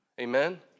Amen